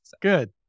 Good